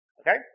Okay